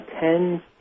Ten